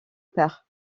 père